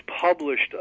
published